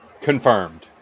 Confirmed